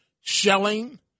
shelling